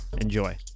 Enjoy